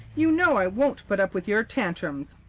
you know i won't put up with your tantrums.